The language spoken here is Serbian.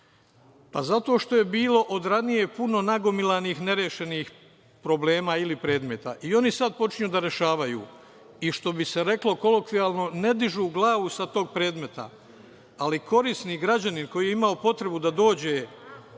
Zato što je bilo od ranije puno nagomilanih nerešenih problema ili predmeta i oni sad počinju da ih rešavaju. Što bi se reklo kolokvijalno, ne dižu glavu sa tog predmeta. Ali, korisnik, građanin koji je imao potrebu da dođe